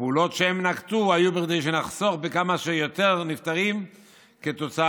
הפעולות שהם נקטו היו כדי שנחסוך כמה שיותר נפטרים כתוצאה